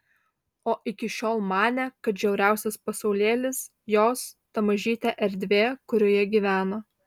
o iki šiol manė kad žiauriausias pasaulėlis jos ta mažytė erdvė kurioje gyveno